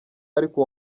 ariko